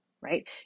right